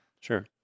Sure